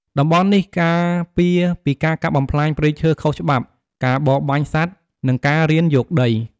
តំបន់នេះការពារពីការកាប់បំផ្លាញព្រៃឈើខុសច្បាប់ ការបរបាញ់សត្វ និងការរានយកដី។